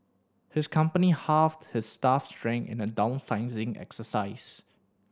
his company halved his staff strength in a downsizing exercise